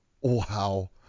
Wow